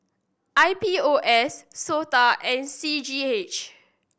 I P O S SOTA and C G H